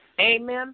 Amen